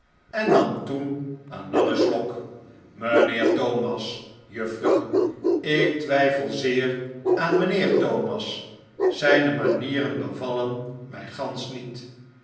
en nam toen een langen slok b mijnheer thomas juffrouw ik twijfel zeer aan mijnheer thomas zijne manieren bevallen mi gansch niet